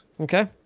Okay